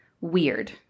weird